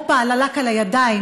הופה על הלק על הידיים,